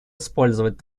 использовать